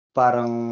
parang